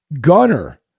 Gunner